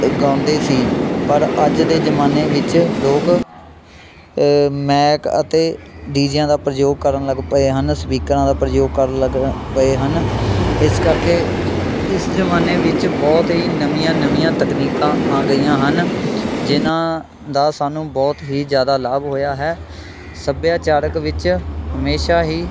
ਗਾਉਂਦੇ ਸੀ ਪਰ ਅੱਜ ਦੇ ਜ਼ਮਾਨੇ ਵਿੱਚ ਲੋਕ ਮੈਕ ਅਤੇ ਡੀਜਿਆਂ ਦਾ ਪ੍ਰਯੋਗ ਕਰਨ ਲੱਗ ਪਏ ਹਨ ਸਵੀਕਰਾਂ ਦਾ ਪ੍ਰਯੋਗ ਕਰਨ ਲੱਗ ਪਏ ਹਨ ਇਸ ਕਰਕੇ ਇਸ ਜ਼ਮਾਨੇ ਵਿੱਚ ਬਹੁਤ ਹੀ ਨਵੀਆਂ ਨਵੀਆਂ ਤਕਨੀਕਾਂ ਆ ਗਈਆਂ ਹਨ ਜਿਨ੍ਹਾਂ ਦਾ ਸਾਨੂੰ ਬਹੁਤ ਹੀ ਜ਼ਿਆਦਾ ਲਾਭ ਹੋਇਆ ਹੈ ਸੱਭਿਆਚਾਰਕ ਵਿੱਚ ਹਮੇਸ਼ਾ ਹੀ